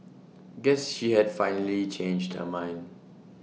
guess she had finally changed her mind